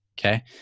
Okay